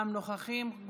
אנחנו עוברים לקבוצה הבאה,